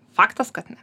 faktas kad ne